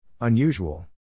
Unusual